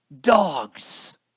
Dogs